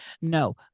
no